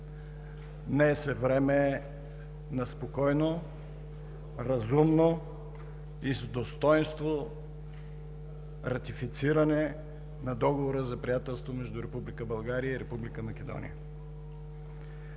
Днес е време на спокойно, разумно и с достойнство ратифициране на Договора за приятелство между Република България и Република Македония.